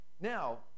Now